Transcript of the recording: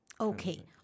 Okay